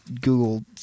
Google